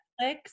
Netflix